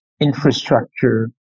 infrastructure